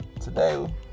today